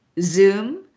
Zoom